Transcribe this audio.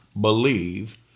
believe